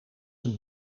een